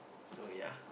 so ya